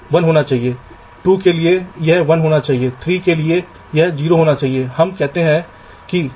तो आईये एक सरल उदाहरण लेते हैं मान लीजिये ग्राउंड जिसे हम बाएं और से रूट कर रहे हैं और VDD दाएं और से